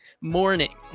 morning